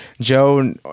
Joe